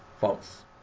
false